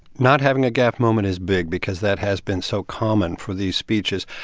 not having a gaffe moment is big because that has been so common for these speeches.